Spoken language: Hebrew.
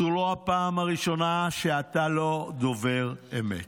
זו לא הפעם הראשונה שאתה לא דובר אמת.